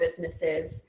businesses